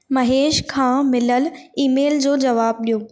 महेश खां मिलियल ईमेल जो ज़वाबु ॾियो